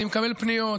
אני מקבל פניות,